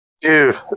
Dude